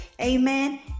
Amen